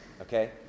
Okay